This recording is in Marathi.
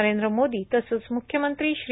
नरेंद्र मोदी तसंच मुख्यमंत्री श्री